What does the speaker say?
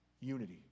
unity